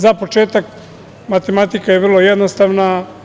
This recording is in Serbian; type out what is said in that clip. Za početak, matematika je vrlo jednostavna.